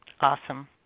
awesome